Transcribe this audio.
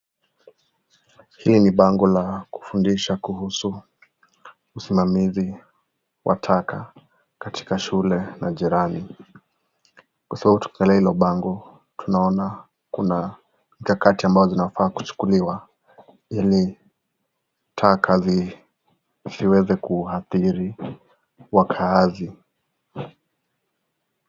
Hii ni bango la kufundisha kuhusu usimamizi wa taka katika shule la jirani. Kutokana na hilo bango tunaona kuna nyakati zinafaa kuchukuliwa ili taka zisiweze kuadhiri wakaazi.